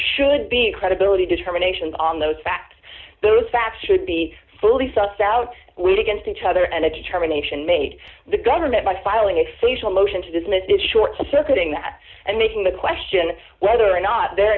should be credibility determinations on those facts those facts should be fully sussed out weight against each other and the terminations made the government by filing a facial motion to dismiss it short circuiting that and making the question whether or not they're